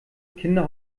kinder